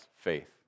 faith